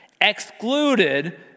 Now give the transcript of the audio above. Excluded